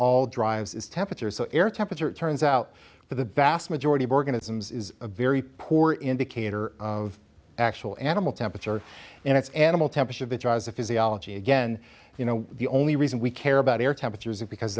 all drives is temperature so air temperature it turns out for the vast majority of organisms is a very poor indicator of actual animal temperature and it's animal temperature that drives the physiology again you know the only reason we care about air temperatures and because